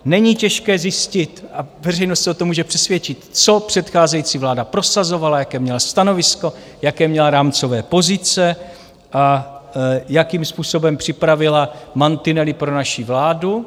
Není těžké zjistit, a veřejnost s o tom může přesvědčit, co předcházející vláda prosazovala, jaké měla stanovisko, jaké měla rámcové pozice a jakým způsobem připravila mantinely pro naši vládu.